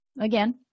Again